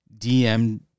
DM